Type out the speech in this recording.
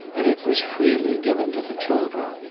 and it was freely given to the children.